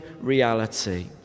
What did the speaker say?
reality